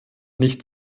nicht